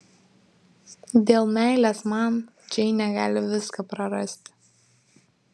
dėl meilės man džeinė gali viską prarasti